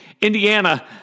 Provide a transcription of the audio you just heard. Indiana